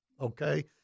okay